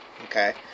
Okay